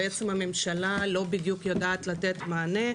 הממשלה לא בדיוק יודעת לתת מענה.